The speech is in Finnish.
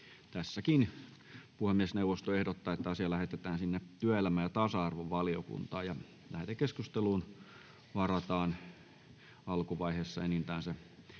asia. Puhemiesneuvosto ehdottaa, että asia lähetetään työelämä- ja tasa-arvovaliokuntaan. Lähetekeskusteluun varataan alkuvaiheessa enintään 30